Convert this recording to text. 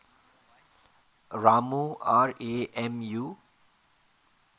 ramu R_A_M_U